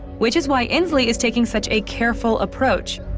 which is why inslee is taking such a careful approach.